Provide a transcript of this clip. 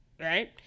right